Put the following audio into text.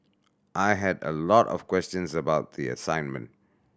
I had a lot of questions about the assignment